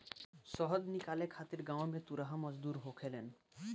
शहद निकाले खातिर गांव में तुरहा मजदूर होखेलेन